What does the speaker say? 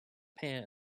pear